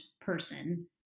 person